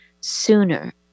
sooner